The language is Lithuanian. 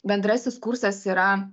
bendrasis kursas yra